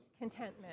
contentment